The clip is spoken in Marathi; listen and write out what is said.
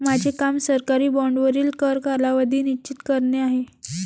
माझे काम सरकारी बाँडवरील कर कालावधी निश्चित करणे आहे